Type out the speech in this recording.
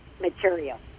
material